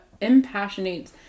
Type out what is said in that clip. Impassionate